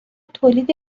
تولید